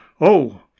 Oh